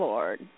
Lord